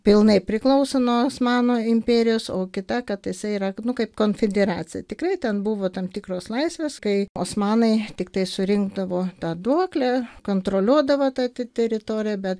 pilnai priklauso nuo osmanų imperijos o kita kad jisai yra nu kaip konfederacija tikrai ten buvo tam tikros laisvės kai osmanai tiktai surinkdavo tą duoklę kontroliuodavo tą ti teritoriją bet